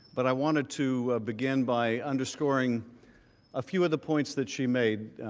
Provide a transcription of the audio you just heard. but i wanted to begin by underscoring a few of the points that she made.